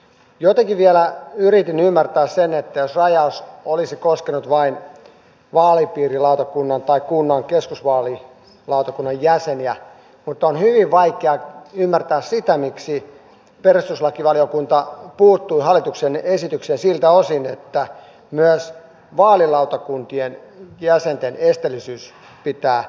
jotenkin vielä yritin ymmärtää sen että rajaus olisi koskenut vain vaalipiirilautakunnan tai kunnan keskusvaalilautakunnan jäseniä mutta on hyvin vaikea ymmärtää sitä miksi perustuslakivaliokunta puuttui hallituksen esitykseen siltä osin että myös vaalilautakuntien jäsenten esteellisyys pitää muuttaa